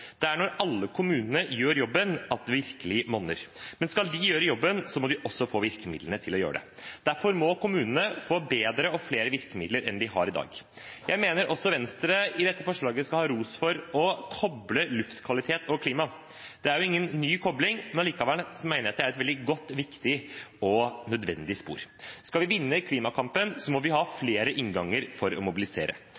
Det er når alle kommunene gjør jobben, at det virkelig monner. Men skal de gjøre jobben, må de også få virkemidlene til å gjøre det. Derfor må kommunene få bedre og flere virkemidler enn de har i dag. Venstre skal også i dette forslaget ha ros for å koble luftkvalitet og klima. Det er jo ingen ny kobling, men likevel mener jeg det er et veldig godt, viktig og nødvendig spor. Skal vi vinne klimakampen, må vi ha flere innganger for å mobilisere,